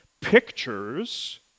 pictures